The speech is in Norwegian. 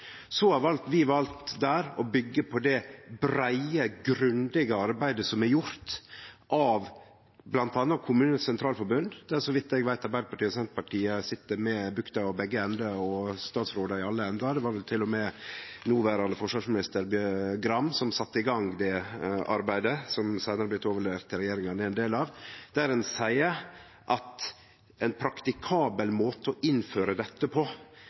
har vi valt å byggje på det breie, grundige arbeidet som er gjort av bl.a. KS – der Arbeidarpartiet og Senterpartiet, så vidt eg veit, sit med bukta og begge endane, og dei har statsrådar i alle roller. Det var vel til og med noverande forsvarsminister Gram som sette i gang det arbeidet, som seinare er blitt overlevert til regjeringa han er ein del av. Der seier ein at ein praktikabel måte å innføre dette på